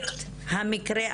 מדובר על יתומים שנשארים עם טראומה.